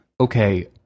Okay